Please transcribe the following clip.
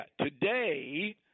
today –